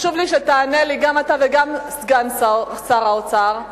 חשוב לי שתענה לי, גם אתה וגם סגן שר האוצר,